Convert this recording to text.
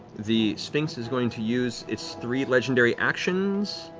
the sphinx is going to use its three legendary actions.